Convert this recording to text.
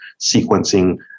sequencing